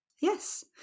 yes